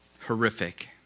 Horrific